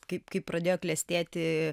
kaip kai pradėjo klestėti